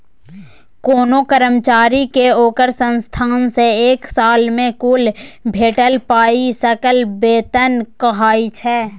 कोनो कर्मचारी केँ ओकर संस्थान सँ एक साल मे कुल भेटल पाइ सकल बेतन कहाइ छै